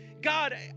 God